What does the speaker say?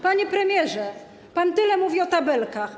Panie premierze, pan tyle mówi o tabelkach.